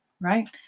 right